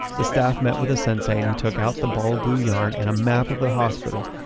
the staff met with the sensei and he took out the ball of blue yarn and a map of the hospital,